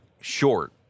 short